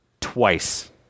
twice